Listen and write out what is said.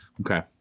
Okay